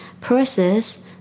process